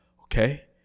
Okay